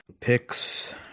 picks